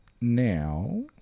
Now